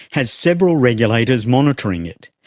has several regulators monitoring it.